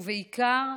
ובעיקר,